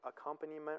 accompaniment